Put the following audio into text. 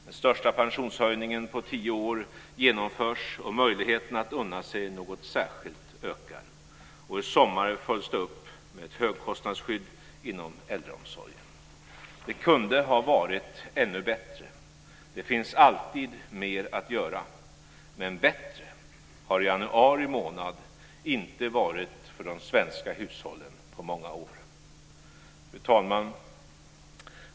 Den största pensionshöjningen på tio år genomförs, och möjligheterna att unna sig något särskilt ökar. I sommar följs det upp med ett högkostnadsskydd inom äldreomsorgen. Det kunde ha varit ännu bättre. Det finns alltid mer att göra, men bättre har januari månad inte varit för de svenska hushållen på många år. Fru talman!